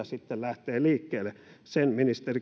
sitten lähtee liikkeelle sen ministeri